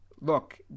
look